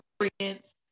experience